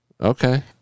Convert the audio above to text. Okay